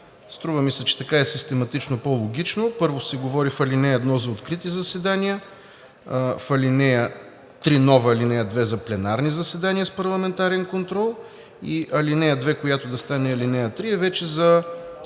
Струва ми се, че така е систематично по-логично. Първо се говори в ал. 1 за открити заседания, в ал. 3, нова ал. 2 – за пленарни заседания с парламентарен контрол, и ал. 2, която да стане ал. 3, е вече за